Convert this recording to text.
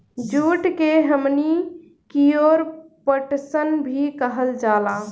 जुट के हमनी कियोर पटसन भी कहल जाला